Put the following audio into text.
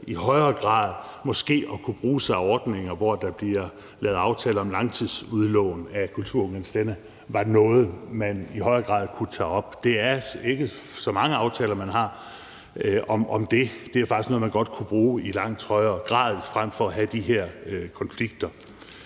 i højere grad måske at kunne benytte sig af ordninger, hvor der bliver lavet aftaler om langtidsudlån af kulturgenstande, var noget, man i højere grad kunne tage op. Det er ikke så mange aftaler, man har om det. Det er faktisk noget, man godt kunne bruge i langt højere grad frem for at have de her konflikter.